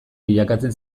bilakatzen